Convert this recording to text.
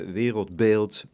wereldbeeld